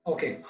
Okay